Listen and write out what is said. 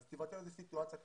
אז תיווצר איזה סיטואציה כלפיהם.